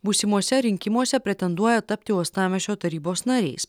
būsimuose rinkimuose pretenduoja tapti uostamiesčio tarybos nariais